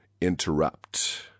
interrupt